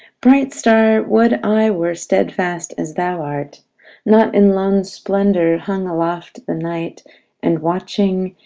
bright star, would i were stedfast as thou art not in lone splendour hung aloft the night and watching,